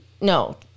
No